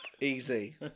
Easy